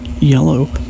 yellow